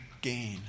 gain